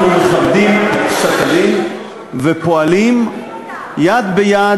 אנחנו מכבדים את פסק-הדין ופועלים יד ביד